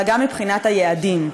אלא גם מבחינת היעדים.